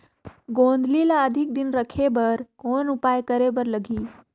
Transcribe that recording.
गोंदली ल अधिक दिन राखे बर कौन उपाय करे बर लगही?